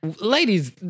Ladies